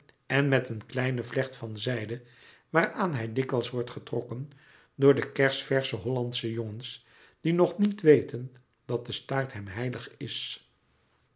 en met een kleinen vlecht van zijde waaraan hij dikwijls wordt getrokken door de kersversche hollandsche jongens die nog niet weten dat de staart hem heilig is